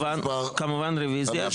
הסתייגות מספר 15. כמובן רביזיה.